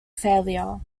failure